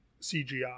CGI